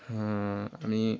আমি